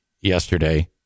yesterday